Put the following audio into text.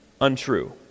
untrue